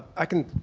i can